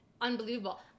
unbelievable